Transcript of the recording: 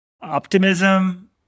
Optimism